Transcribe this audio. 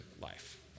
life